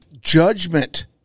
judgment